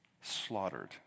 slaughtered